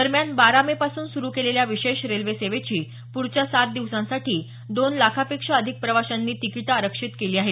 दरम्यान बारा मे पासून सुरू केलेल्या विशेष रेल्वे सेवेची पुढच्या सात दिवसांसाठी दोन लाखापेक्षा अधिक प्रवाशांनी तिकिटं आरक्षित केली आहेत